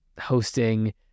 hosting